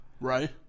Right